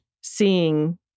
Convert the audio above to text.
seeing